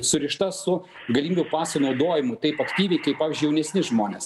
surišta su galimybių paso naudojimu taip aktyviai kaip pavyzdžiui jaunesni žmonės